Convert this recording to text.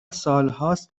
سالهاست